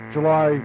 July